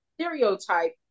stereotype